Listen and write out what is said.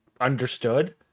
Understood